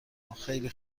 خیلی